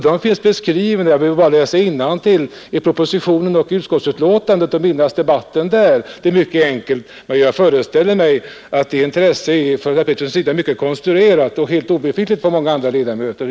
De är beskrivna, så jag behöver bara läsa innantill i proposition och utskottsutlåtande. Det är mycket enkelt. Men jag föreställer mig att intresset från herr Peterssons sida är konstruerat och att det är helt obefintligt hos de andra ledamöterna.